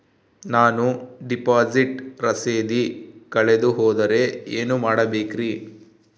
ನಾನು ಡಿಪಾಸಿಟ್ ರಸೇದಿ ಕಳೆದುಹೋದರೆ ಏನು ಮಾಡಬೇಕ್ರಿ?